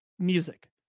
Music